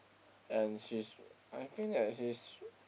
and she's I think that she's